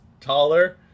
taller